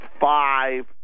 five